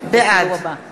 בעד